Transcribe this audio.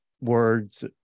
words